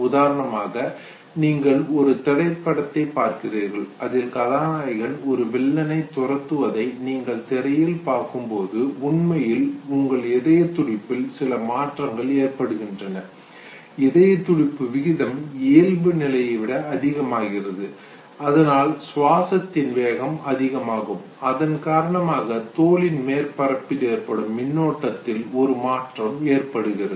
உதாரணமாக நீங்கள் ஒரு திரைப்படத்தை பார்க்கிறீர்கள் அதில் கதாநாயகன் ஒரு வில்லனை துரத்துவதை நீங்கள் திரையில் பார்க்கும்போது உண்மையில் உங்கள் இதயத்துடிப்பில் சில மாற்றங்கள் ஏற்படுகின்றது இதயத்துடிப்பு விகிதம் இயல்பு நிலையை விட அதிகமாகிறது அதனால் சுவாசத்தின் வேகம் அதிகமாகும் அதன் காரணமாக தோலின் மேற்பரப்பில் ஏற்படும் மின்னோட்டத்தில் ஒரு மாற்றம் ஏற்படுகிறது